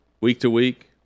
week-to-week